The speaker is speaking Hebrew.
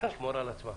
לשמור על עצמה.